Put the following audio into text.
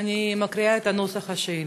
אני מקריאה את נוסח השאילתה: